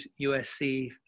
USC